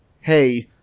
Hey